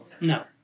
No